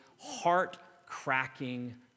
heart-cracking